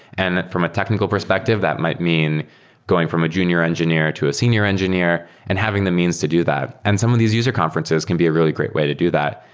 and from a technical perspective, that might mean going from a junior engineer to a senior engineer and having the means to do that. and some of these user conferences can be a really great way to do that.